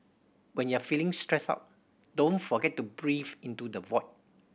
when you are feeling stressed out don't forget to breathe into the void